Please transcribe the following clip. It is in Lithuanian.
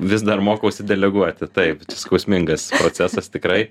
vis dar mokausi deleguoti taip čia skausmingas procesas tikrai